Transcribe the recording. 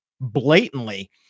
blatantly